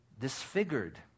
disfigured